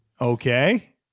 Okay